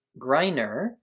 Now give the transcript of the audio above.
Greiner